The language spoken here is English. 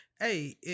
hey